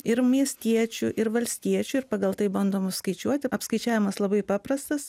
ir miestiečių ir valstiečių ir pagal tai bandoma skaičiuoti apskaičiavimas labai paprastas